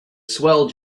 swell